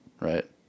right